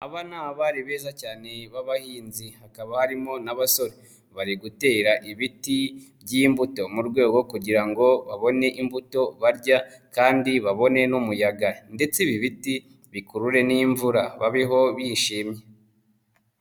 Aba ni abari beza cyane ba babahinzi, hakaba harimo n'abasore, bari gutera ibiti by'imbuto mu rwego rwo kugira ngo babone imbuto barya kandi babone n'umuyaga ndetse ibi biti bikurure n'imvura babeho bishimye.